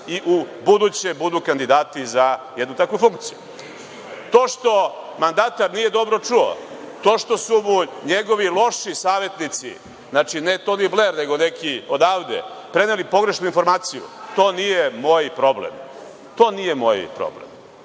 i u buduće budu kandidati za jednu takvu funkciju. To što mandatar nije dobro čuo, to što su mu njegovi loši savetnici, znači ne Toni Bler, nego neki odavde preneli pogrešnu informaciju, to nije moj problem. To nije moj problem. Drugo,